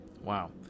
wow